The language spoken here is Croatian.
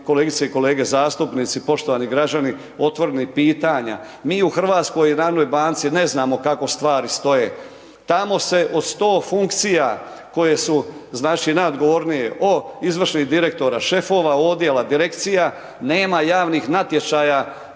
kolegice i kolege zastupnici, poštovani građani otvorenih pitanja. Mi u HNB-u ne znamo kako stvari stoje. Tamo se od 100 funkcija koje su znači najodgovornije od izvršnih direktora, šefov odjela, direkcija nema javnih natječaja